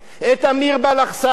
אמיר בלחסן,